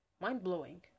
mind-blowing